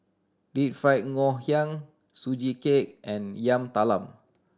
Deep Fried Ngoh Hiang Sugee Cake and Yam Talam